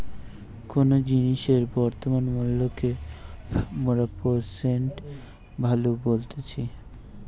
কোনো জিনিসের বর্তমান মূল্যকে মোরা প্রেসেন্ট ভ্যালু বলতেছি